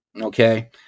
Okay